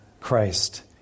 Christ